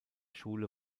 schule